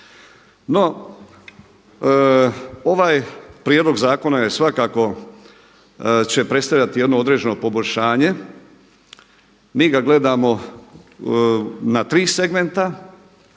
No, ovaj prijedlog zakona je svakako će predstavljati jedno određeno poboljšanje. Mi ga gledamo na tri segmenta.